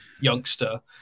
youngster